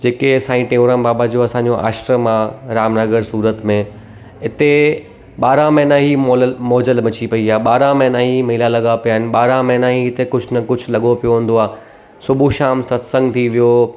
जेके साईं टेऊंराम बाबा जो असांजो आश्रम आहे रामनगर सूरत में हिते ॿारहां महिना ई मौलल मौज मची पई आहे ॿारहां महिना ई मेला लॻा पया आहिनि ॿारहां महिना ई हिते कुझु न कुझु लॻो पयो हूंदो आहे सुबुह शाम सतसंगु थी वयो